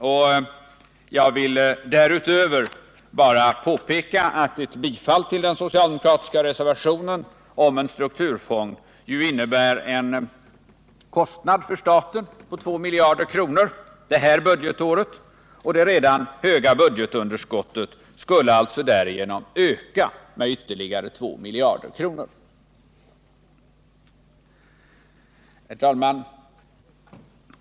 Därutöver vill jag bara påpeka att ett bifall till den socialdemokratiska 15 reservationen om en strukturfond innebär en kostnad för staten på 2 miljarder kronor det här budgetåret. Det redan stora budgetunderskottet skulle alltså därigenom öka med ytterligare 2 miljarder kronor. Herr talman!